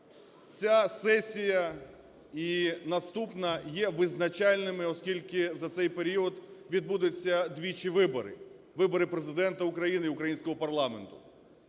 Ця сесія і наступна є визначальними, оскільки за цей період відбудуться двічі вибори: вибори Президента України і українського парламенту.